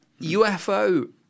UFO